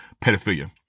pedophilia